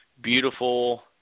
beautiful